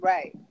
Right